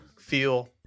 feel